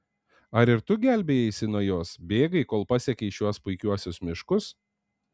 ar ir tu gelbėjaisi nuo jos bėgai kol pasiekei šiuos puikiuosius miškus